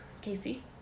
Casey